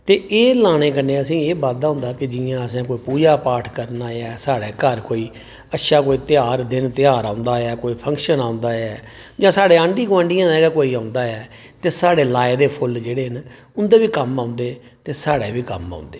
ते एह् लानें कन्नै असेंगी एह् बाद्धा होंदा ऐ कि जि'यां असें कोई पूजा पाठ करना ऐ साढ़ै घर कोई अच्छा कोई ध्यार दिन ध्यार होंदा ऐ कोई फक्शन औंदा ऐ जां साढ़े आढी गुआढियें दे गै कोई औंदा ऐ ते साढ़े लाए दे फुल्ल जेह्ड़े न उं'दे बी कम्म औंदे ते साढ़े बी कम्म औंदे